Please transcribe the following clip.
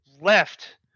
left